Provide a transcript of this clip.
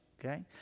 okay